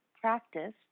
practice